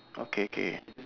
okay K